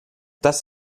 das